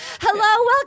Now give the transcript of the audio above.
Hello